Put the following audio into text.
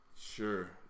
Sure